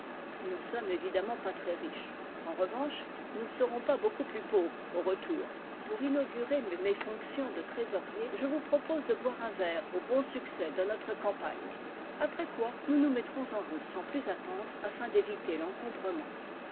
nous ne sommes évidemment pas très riches en revan che nous ne serons pas beaucoup plus pauvres au retour pour inaugurer mes fonctions de trésorier je vous propose de boire un verre au bon succès de notre campagne après quoi nous nous mettrons en route sans plus attendre afin